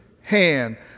hand